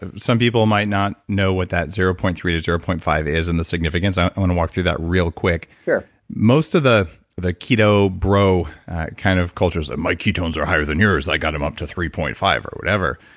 ah some people might not know what that zero point three to zero point five is and the significance, i want to walk through that real quick sure most of the the keto bro kind of cultures, ah my ketones are higher than yours. i got him up to three point five or whatever.